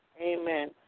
Amen